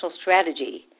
strategy